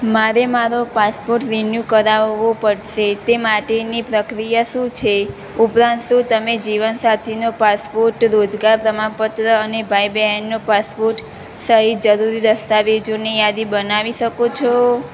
મારે મારો passport renew કરાવવો પડશે તે માટેની પ્રક્રિયા શું છે ઉપરાંત શું તમે જીવનસાથીનો પાસપોર્ટ રોજગાર પ્રમાણપત્ર અને ભાઈ બહેનનો પાસપોર્ટ સહિત જરૂરી દસ્તાવેજોની યાદી બનાવી શકો છો